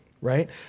right